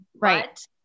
Right